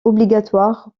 obligatoire